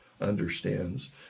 understands